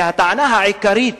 והטענה העיקרית